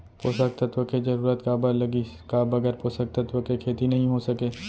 पोसक तत्व के जरूरत काबर लगिस, का बगैर पोसक तत्व के खेती नही हो सके?